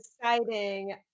deciding